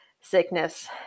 sickness